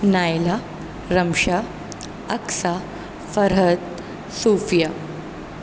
Naila Rimsha Aqsa Farhat Sofia